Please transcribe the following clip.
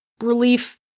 relief